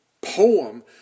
poem